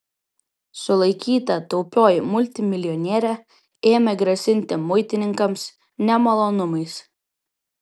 sulaikyta taupioji multimilijonierė ėmė grasinti muitininkams nemalonumais